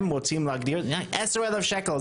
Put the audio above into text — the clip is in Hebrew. הם רוצים להגדיר 10 אלף שקל,